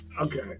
Okay